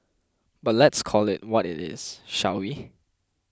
but let's call it what it is shall we